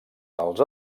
els